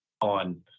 on